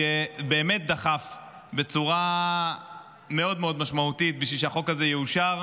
שבאמת דחף בצורה מאוד משמעותית בשביל שהחוק הזה יאושר,